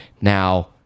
now